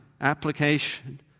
application